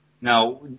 Now